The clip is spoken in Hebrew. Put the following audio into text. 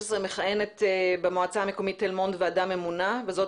מכהנת במועצה המקומית ועדה ממונה וזאת